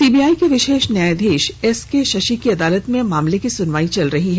CBI के विशेष न्यायाधीश एके शशि की अदालत में मामले की सुनवाई चल रही है